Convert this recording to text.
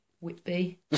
Whitby